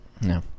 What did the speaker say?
No